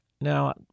Now